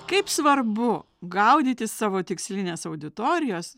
kaip svarbu gaudyti savo tikslinės auditorijos